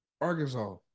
Arkansas